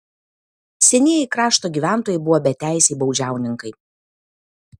senieji krašto gyventojai buvo beteisiai baudžiauninkai